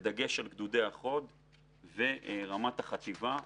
בדגש על גדודי החוד ורמת החטיבה.